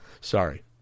Sorry